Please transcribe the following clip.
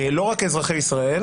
לא רק אזרחי ישראל